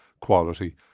quality